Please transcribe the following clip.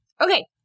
Okay